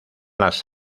las